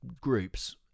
groups